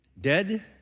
dead